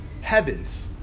heavens